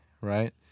right